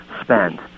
spend